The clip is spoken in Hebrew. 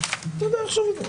הישיבה ננעלה בשעה 11:01.